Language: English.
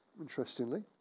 interestingly